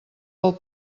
del